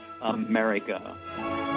America